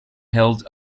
held